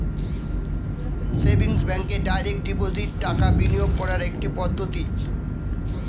savings ব্যাঙ্কে direct deposit টাকা বিনিয়োগ করার একটি পদ্ধতি